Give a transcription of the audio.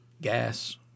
gas